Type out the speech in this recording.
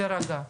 להירגע.